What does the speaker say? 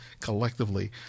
collectively